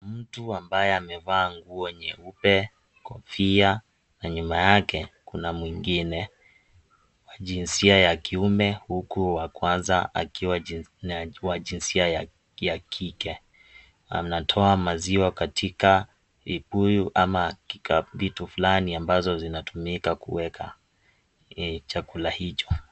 Mtu ambaye amevaa nguo nyeupe, kofia na nyuma yake kuna mwingine wa jinsia ya kiume huku wa kwanza akiwa na jinsia ya kike anatoa maziwa katika vibuyu ama kika vitu flani ambazo zinatumika kuweka chakula hicho.